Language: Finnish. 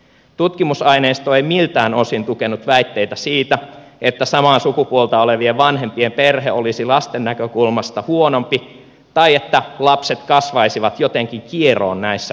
tutkimusaineisto ei miltään osin tukenut väitteitä siitä että samaa sukupuolta olevien vanhempien perhe olisi lasten näkökulmasta huonompi tai että lapset kasvaisivat jotenkin kieroon näissä perheissä